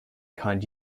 kind